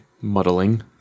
Muddling